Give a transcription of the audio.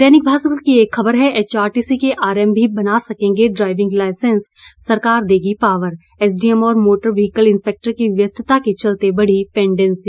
दैनिक भास्कर की एक खबर है एचआरटीसी के आरएम भी बना सकेंगे ड्राइविंग लाइसेंस सरकार देगी पॉवर एसडीएम और मोटर व्हीकल इंस्पेक्टर की व्यस्तता के चलते बढ़ी पेंडेंसी